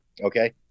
okay